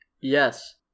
Yes